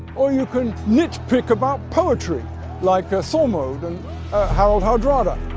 or you can nitpick about poetry like ah thormod and harald hardrada.